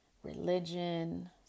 Religion